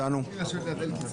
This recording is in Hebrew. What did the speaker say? אם אנחנו לא מתעוררים מזה,